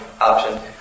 option